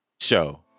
Show